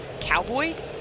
cowboy